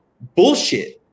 bullshit